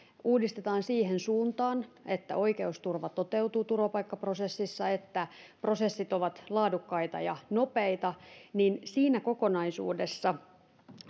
uudistetaan siihen suuntaan että oikeusturva toteutuu turvapaikkaprosessissa ja prosessit ovat laadukkaita ja nopeita ja siinä kokonaisuudessa